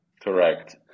Correct